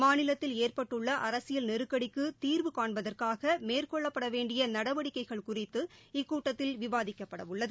மாநிலத்தில் ஏற்பட்டுள்ளஅரசியல் நெருக்கடக்குதிர்வு காண்பதற்காகமேற்கொள்ளப்படவேண்டியநடவடிக்கைகள் குறித்து இக்கூட்டத்தில் விவாதிக்கப்பட உள்ளது